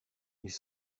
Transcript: ils